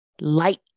light